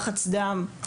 לחץ דם,